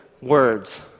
words